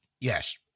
Yes